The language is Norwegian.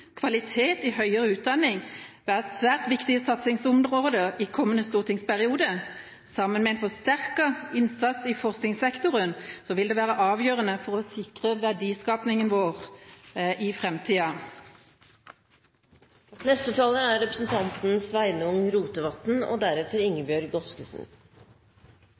kvalitet i høyere utdanning være svært viktige satsingsområder i kommende stortingsperiode. Sammen med en forsterket innsats i forskningssektoren vil det være avgjørende for å sikre verdiskapningen vår i framtida. Eg entra dette landets fremste talarstol tidlegare i dag. Det var ei hyggeleg oppleving, og